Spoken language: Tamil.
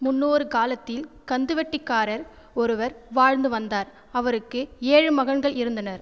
முன்னோரு காலத்தில் கந்துவட்டிக்காரர் ஒருவர் வாழ்ந்து வந்தார் அவருக்கு ஏழு மகன்கள் இருந்தனர்